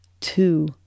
two